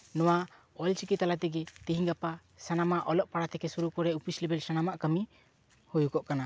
ᱱᱚᱣᱟ ᱚᱞ ᱪᱤᱠᱤ ᱛᱟᱞᱟᱛᱮ ᱜᱤ ᱛᱮᱦᱮᱧ ᱜᱟᱯᱟ ᱥᱟᱱᱟᱢᱟᱜ ᱚᱞᱚᱜ ᱯᱟᱲᱦᱟᱣ ᱛᱷᱮᱠᱮ ᱥᱩᱨᱩ ᱠᱚᱨᱮ ᱚᱯᱷᱤᱥ ᱞᱮᱵᱮᱞ ᱥᱟᱱᱟᱢᱟᱜ ᱠᱟᱹᱢᱤ ᱦᱩᱭᱩᱜ ᱠᱟᱱᱟ